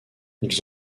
ils